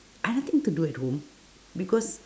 I nothing to do at home because